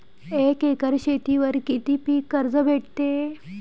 एक एकर शेतीवर किती पीक कर्ज भेटते?